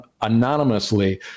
anonymously